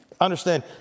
Understand